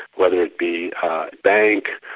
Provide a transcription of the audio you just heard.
whether it be a bank,